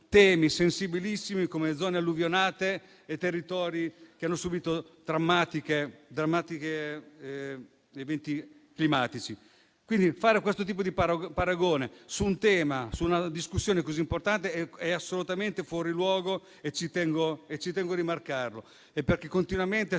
temi sensibilissimi, come le zone alluvionate e i territori che hanno subìto drammatici eventi climatici. Fare questo tipo di paragone su un tema e su una discussione così importanti è assolutamente fuori luogo e ci tengo a rimarcarlo,